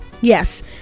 Yes